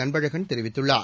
அன்பழகன் தெரிவித்துள்ளார்